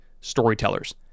storytellers